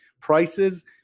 prices